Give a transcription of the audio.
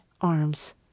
arms